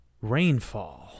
Rainfall